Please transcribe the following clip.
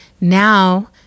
now